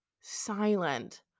silent